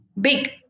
big